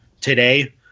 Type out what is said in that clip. today